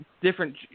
different –